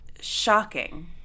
shocking